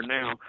now